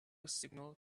signal